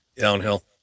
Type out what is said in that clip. downhill